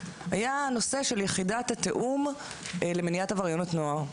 היה הנושא של יחידת התיאום למניעת עבריינות נוער,